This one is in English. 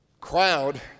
crowd